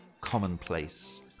commonplace